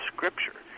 Scripture